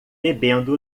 bebendo